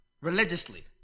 religiously